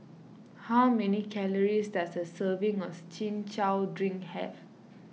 how many calories does a serving of Chin Chow Drink have